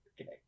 Okay